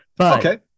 okay